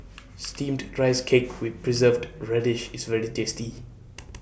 Steamed Rice Cake with Preserved Radish IS very tasty